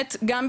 שעלו